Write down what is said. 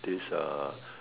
this uh